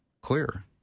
clear